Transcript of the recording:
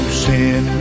sin